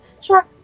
Sure